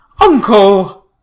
Uncle